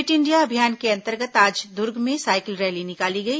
fit India अभियान के अंतर्गत आज दुर्ग में साइकिल रैली निकाली गई